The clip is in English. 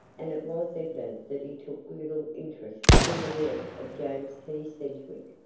and it was evident that he took little interest in the will of james t. sedgwick.